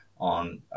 On